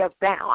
down